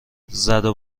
زدو